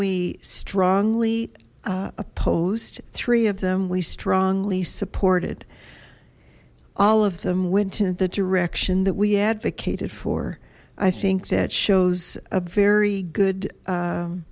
we strongly opposed three of them we strongly supported all of them went in the direction that we advocated for i think that shows a very good